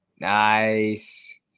Nice